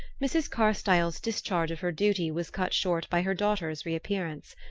mrs. carstyle's discharge of her duty was cut short by her daughter's reappearance.